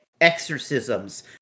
exorcisms